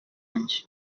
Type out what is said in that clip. anys